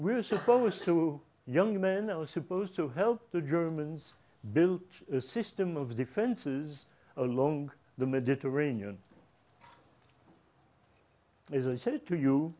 we're supposed to young men are supposed to help the germans built a system of defenses along the mediterranean as i said to you